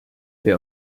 wer